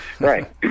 right